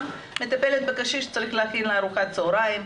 מטפלת בקשיש שצריך להכין לו ארוחת צהריים,